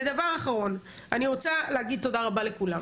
והדבר האחרון, אני רוצה להגיד תודה רבה לכולם.